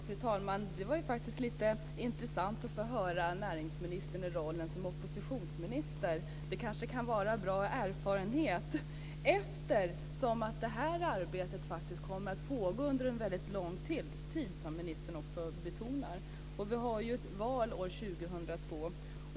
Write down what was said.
Fru talman! Det var faktiskt intressant att få höra ministern i rollen som oppositionsminister. Det kan kanske vara en bra erfarenhet. Det här arbetet kommer ju att pågå under en väldigt lång tid, som också ministern betonar, och vi har ett val 2002.